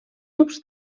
tubs